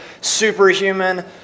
superhuman